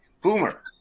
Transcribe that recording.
boomer